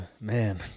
man